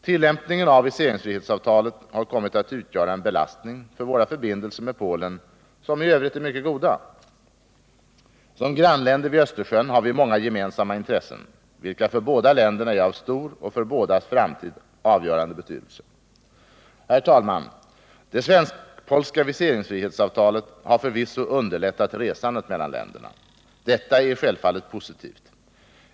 Tillämpningen av viseringsfrihetsavtalet har kommit att utgöra en belastning för våra förbindelser med Polen, som i övrigt är mycket goda. Som grannländer vid Östersjön har vi många gemensamma intressen, vilka för båda länderna är av stor och för bådas framtid avgörande betydelse. Herr talman! Det svensk-polska viseringsfrihetsavtalet har förvisso underlättat resandet mellan länderna. Detta är självfallet positivt.